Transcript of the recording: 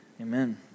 Amen